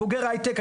בוגר הייטק,